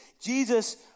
Jesus